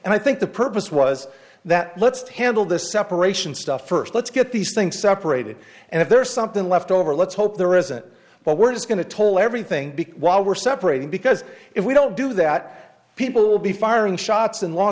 and i think the purpose was that let's to handle this separation stuff first let's get these things separated and if there's something left over let's hope there isn't but we're just going to told everything while we're separating because if we don't do that people will be firing shots in law